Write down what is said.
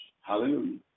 hallelujah